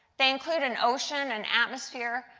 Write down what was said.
they include and ocean and atmosphere,